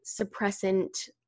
suppressant